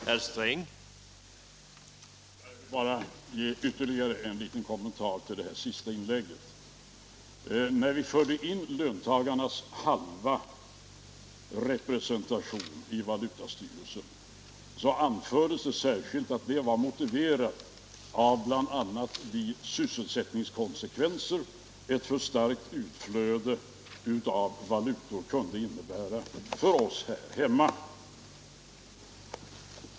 Herr talman! Jag vill bara göra en liten kommentar till det senaste inlägget. När vi förde in löntagarnas halva representation i valutastyrelsen anfördes det särskilt atv det var motiverat av bl.a. de sysselsättningskonsekvenser ett för starkt utflöde av valutor kunde innebära för oss här hemma.